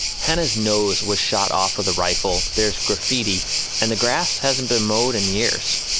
hannah's nose were shot off of the rifle. there's graffiti and the grass hasn't been mowed in years.